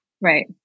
Right